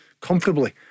comfortably